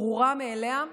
ברורה מאליה,